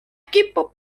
kipub